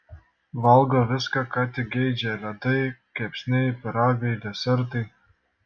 valgo viską ką tik geidžia ledai kepsniai pyragai desertai